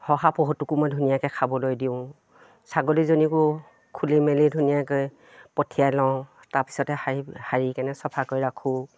শহাপহুটোকো মই ধুনীয়াকে খাবলৈ দিওঁ ছাগলীজনীকো খুলি মেলি ধুনীয়াকৈ পঠিয়াই লওঁ তাৰপিছতে শাৰী শাৰী কেনে চফাকৈ ৰাখোঁ